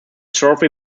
trophy